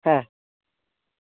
হ্যাঁ